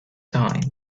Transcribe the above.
time